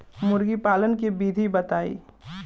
मुर्गी पालन के विधि बताई?